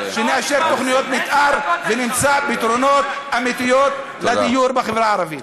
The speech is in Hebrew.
נאשר תוכניות מתאר ונמצא פתרונות אמיתיים בדיור בחברה הערבית.